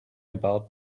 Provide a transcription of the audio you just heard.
about